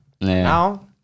now